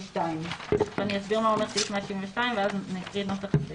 172. אני אסביר מה אומר סעיף 172 ואז נקרא את הנוסח.